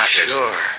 Sure